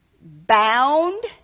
bound